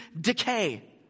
decay